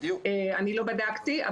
אני לא בדקתי.